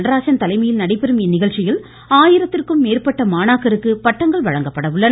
நடராஜன் தலைமையில் நடைபெறும் இந்நிகழ்ச்சியில் ஆயிரத்திற்கும் மேற்பட்ட மாணாக்கருக்கு பட்டங்கள் வழங்கப்பட உள்ளன